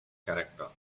character